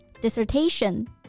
dissertation